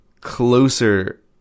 closer